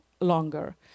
longer